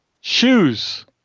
Shoes